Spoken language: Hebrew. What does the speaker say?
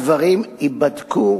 הדברים ייבדקו